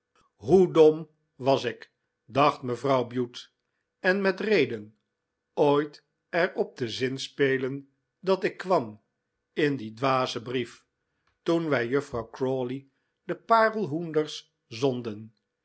hoe dom was ik dacht mevrouw bute en met reden ooit er op te zinspelen dat ik kwam in dien dwazen brief toen wij juffrouw crawley de paarlhoenders zonden